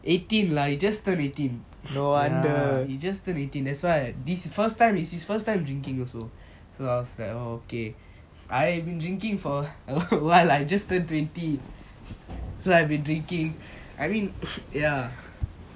eighteen lah he just turned eighteen he just turn eighteen that's why this first time is his first time drinking also so I was like oh okay I have been drinking for a while I just turned twenty so I have been drinking I mean ya